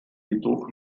jedoch